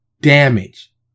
damage